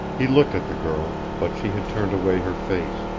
he looked at the girl, but she had turned away her face.